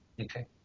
Okay